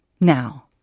now